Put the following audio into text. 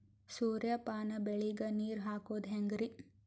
ಸೂರ್ಯಪಾನ ಬೆಳಿಗ ನೀರ್ ಹಾಕೋದ ಹೆಂಗರಿ?